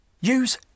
Use